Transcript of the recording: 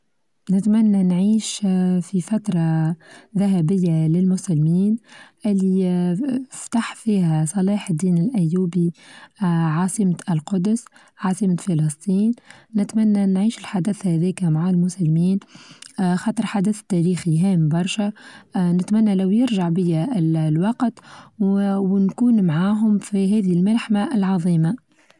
نتمنى نعيش في فترة ذهبية للمسلمين اللي فتح فيها صلاح الدين الأيوبي عاصمة القدس عاصمة فلسطين نتمنى نعيش الحدث هاذيكا مع المسلمين خاطر حدث تاريخي هام برشا نتمنى لو يرچع بيا الوقت ونكون معاهم في هذه الملحمة العظيمة.